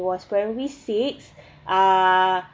was primary six uh